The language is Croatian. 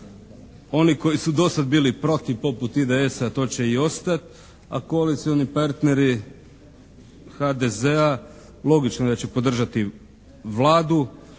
Oni koji su dosad bili protiv poput IDS-a to će i ostati, a kolicioni partneri HDZ-a logično je da će podržati Vladu,